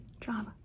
job